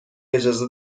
اجازه